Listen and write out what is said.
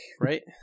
right